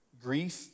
grief